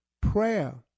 Prayer